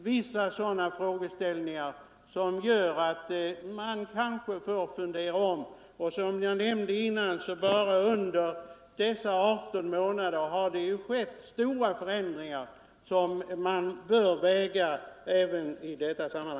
Dessa omständigheter gör att man kan få tänka om. Som jag nämnde tidigare har det bara under de senaste 18 månaderna skett stora förändringar som bör vägas in i denna bild.